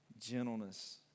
gentleness